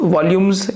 Volumes